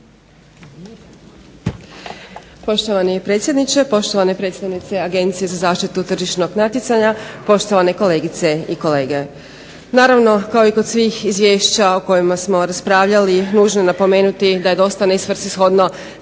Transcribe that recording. Poštovani predsjedniče, poštovane predstavnice Agencije za zaštitu tržišnog natjecanja, poštovane kolegice i kolege. Naravno, kao i kod svih izvješća o kojima smo raspravljali nužno je napomenuti da je dosta nesvrsishodno